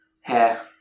Hair